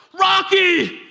Rocky